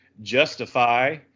Justify